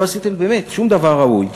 לא עשיתם באמת שום דבר ראוי.